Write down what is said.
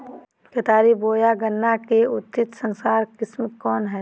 केतारी बोया गन्ना के उन्नत संकर किस्म कौन है?